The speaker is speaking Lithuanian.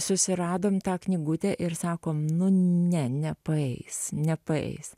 susiradom tą knygutę ir sakom nu ne nepaeis nepaeis